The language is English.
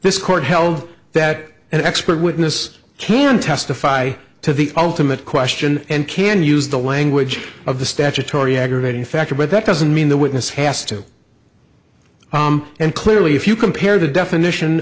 this court held that an expert witness can testify to the ultimate question and can use the language of the statutory aggravating factor but that doesn't mean the witness has to and clearly if you compare the definition